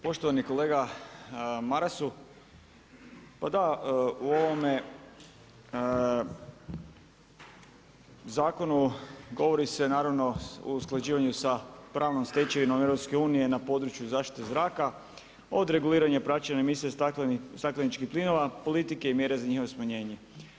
Poštovani kolega Marasu, pa da u ovome zakonu govori se naravno o usklađivanju sa pravnom stečevinom EU na području zaštite zraka od reguliranja i praćenja emisija stakleničkih plinova, politike i mjere za njihovo smanjenje.